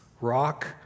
rock